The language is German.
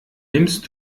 nimmst